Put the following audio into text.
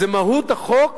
זה מהות החוק